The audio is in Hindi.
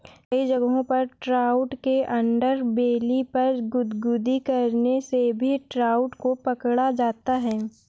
कई जगहों पर ट्राउट के अंडरबेली पर गुदगुदी करने से भी ट्राउट को पकड़ा जाता है